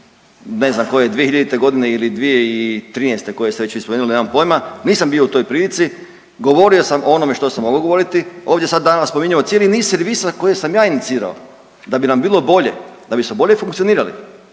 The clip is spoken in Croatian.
ne znam koje 2000. godine ili 2013. koje ste već i spomenuli, nemam poima, nisam bio u toj prilici, govorio sam o onome što sam mogao govoriti. Ovdje sam danas spominjao cijeli niz servisa koje sam ja inicirao da bi nam bilo bolje, da bismo bolje funkcionirali